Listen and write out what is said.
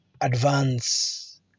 advance